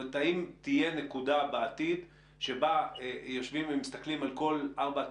האם תהיה נקודה בעתיד בה יושבים ומסתכלים על כל ארבעת